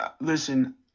Listen